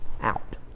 out